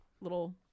little